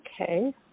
Okay